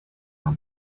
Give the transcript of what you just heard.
were